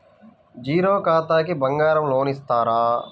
Zero ఖాతాకి బంగారం loan ఇస్తారా?